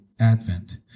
Advent